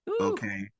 Okay